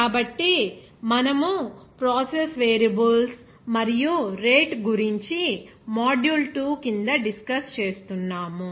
కాబట్టి మనము process variables మరియు రేటు గురించి మాడ్యూల్ 2 కింద డిస్కస్ చేస్తున్నాము